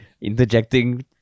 interjecting